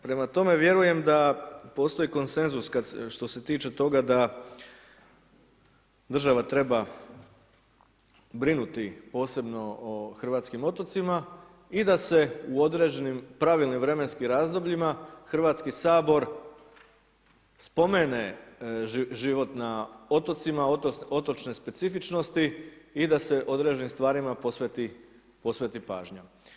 Prema tome, vjerujem da postoji konsenzus što se tiče toga da država treba brinuti, posebno o hrvatskim otocima i da se u određenim pravilnim vremenskim razdobljima Hrvatski sabor spomene život na otocima, otočne specifičnosti i da se o određenim stvarima posveti pažnja.